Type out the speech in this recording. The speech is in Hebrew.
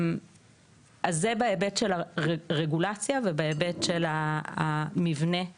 זה בהיבט של הרגולציה ובהיבט של המבנה.